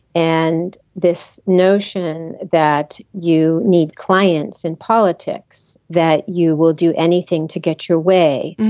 and this notion that you need clients in politics that you will do anything to get your way.